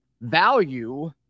value